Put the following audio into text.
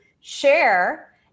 share